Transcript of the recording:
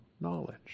knowledge